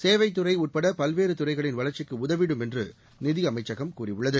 சேவைத் துறை உட்பட பல்வேறு துறைகளின் வளர்ச்சிக்கு உதவிடும் என்று நிதியமைச்சகம் கூறியுள்ளது